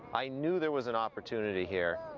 i knew there was an opportunity here.